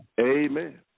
Amen